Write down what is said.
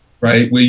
right